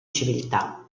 civiltà